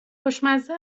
خوشمزه